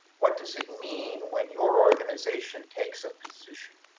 what does it mean when your organization takes a position.